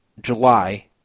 July